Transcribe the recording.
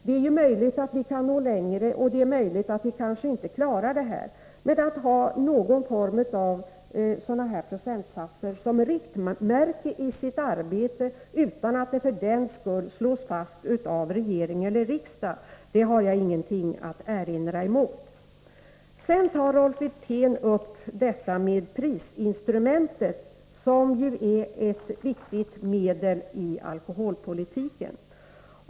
Det är ju möjligt att vi kan nå ännu längre, och det är möjligt att vi inte klarar målet. Att man har ett procentuellt mål som riktmärke i sitt arbete utan att det för den skull slås fast av regering och riksdag har jag emellertid ingenting att erinra emot. Rolf Wirtén tar sedan upp prisinstrumentet, som ju är ett viktigt medel i alkoholpolitiken.